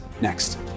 Next